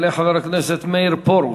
יעלה חבר הכנסת מאיר פרוש,